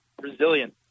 resilient